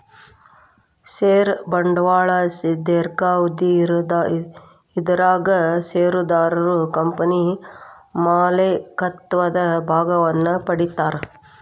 ಷೇರ ಬಂಡವಾಳ ದೇರ್ಘಾವಧಿ ಇದರಾಗ ಷೇರುದಾರರು ಕಂಪನಿ ಮಾಲೇಕತ್ವದ ಭಾಗವನ್ನ ಪಡಿತಾರಾ